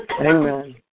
Amen